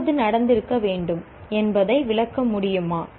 எப்போது நடந்திருக்க வேண்டும் என்பதை விளக்க முடியுமா